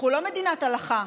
אנחנו לא מדינת הלכה.